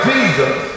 Jesus